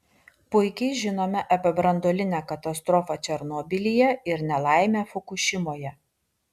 puikiai žinome apie branduolinę katastrofą černobylyje ir nelaimę fukušimoje